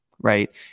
Right